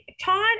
Todd